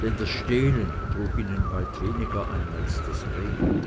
denn das stehlen trug ihnen weit weniger ab als das reden